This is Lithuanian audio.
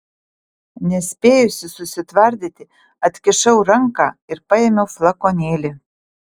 nespėjusi susitvardyti atkišau ranką ir paėmiau flakonėlį